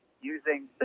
using